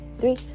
three